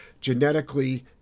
genetically